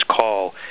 call